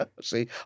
See